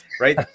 right